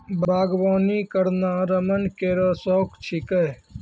बागबानी करना रमन केरो शौक छिकै